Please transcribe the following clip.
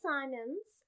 Simons